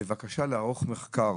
בבקשה לערוך מחקר